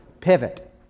pivot